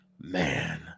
man